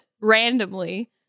randomly